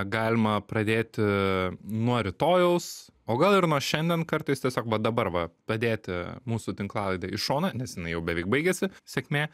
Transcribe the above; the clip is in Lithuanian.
galima pradėti nuo rytojaus o gal ir nuo šiandien kartais tiesiog va dabar va padėti mūsų tinklalaidę į šoną nes jinai jau beveik baigėsi sėkmė